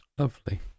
Lovely